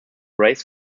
raise